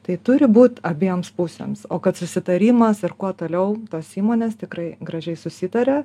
tai turi būt abiems pusėms o kad susitarimas ir kuo toliau tos įmonės tikrai gražiai susitaria